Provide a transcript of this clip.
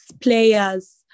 players